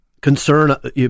concern